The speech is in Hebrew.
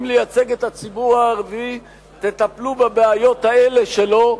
לייצג את הציבור הערבי תטפלו בבעיות האלה שלו,